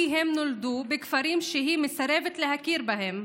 הם נולדו בכפרים שהיא מסרבת להכיר בהם.